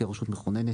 כרשות מכוננת,